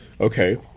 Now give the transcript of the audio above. Okay